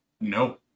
No